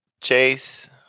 Chase